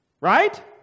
Right